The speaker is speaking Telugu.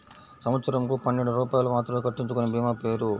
సంవత్సరంకు పన్నెండు రూపాయలు మాత్రమే కట్టించుకొనే భీమా పేరు?